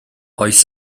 oes